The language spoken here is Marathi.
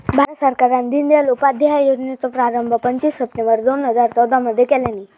भारत सरकारान दिनदयाल उपाध्याय योजनेचो प्रारंभ पंचवीस सप्टेंबर दोन हजार चौदा मध्ये केल्यानी